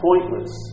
pointless